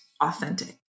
authentic